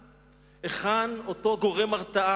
היכן אותו גורם הרתעה?